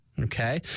Okay